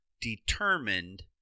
determined